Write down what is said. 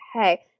Okay